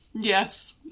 Yes